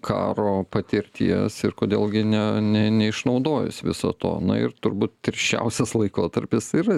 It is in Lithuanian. karo patirties ir kodėl gi ne ne neišnaudojus viso to na ir turbūt tirščiausias laikotarpis yra